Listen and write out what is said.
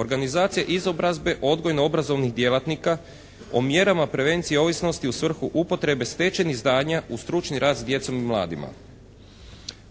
organizaciju izobrazbe odgojno-obrazovnih djelatnika o mjerama prevencije ovisnosti u svrhu upotrebe stečenih znanja uz stručni rad s djecom i mladima,